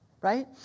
right